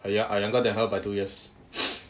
err ya I younger than her by two years